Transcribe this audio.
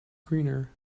greener